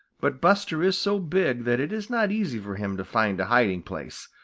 but buster is so big that it is not easy for him to find a hiding place.